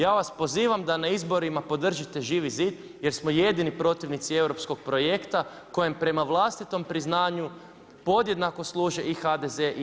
Ja vas pozivam da na izborima podržite Živi zid jer smo jedini protivnici europskog projekta kojem prema vlastitom priznanju podjednako služe i HDZ i SDP.